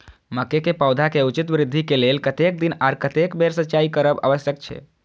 मके के पौधा के उचित वृद्धि के लेल कतेक दिन आर कतेक बेर सिंचाई करब आवश्यक छे?